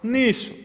Nisu.